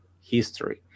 history